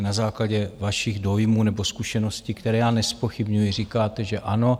Na základě vašich dojmů nebo zkušeností, které já nezpochybňuji, říkáte, že ano.